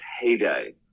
heyday